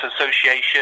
Association